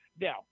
Now